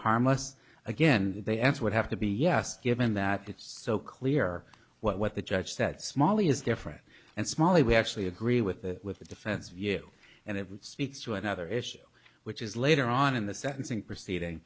harmless again they answer would have to be yes given that it's so clear what what the judge said smally is different and smally we actually agree with the with the defense view and it speaks to another issue which is later on in the sentencing proceeding